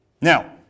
Now